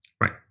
Right